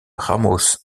ramos